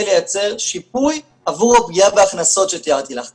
לייצר שיפוי עבור הפגיעה בהכנסות שתיארתי לך.